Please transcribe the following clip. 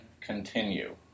continue